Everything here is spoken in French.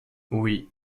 oui